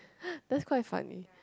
that's quite funny